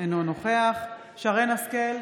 אינו נוכח שרן מרים השכל,